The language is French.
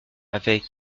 avec